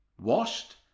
washed